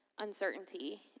uncertainty